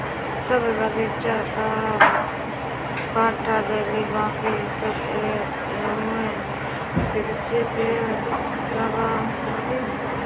सब बगीचा तअ काटा गईल बाकि अब एमे फिरसे पेड़ लागी